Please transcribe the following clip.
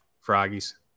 Froggies